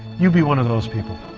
you be one of those people.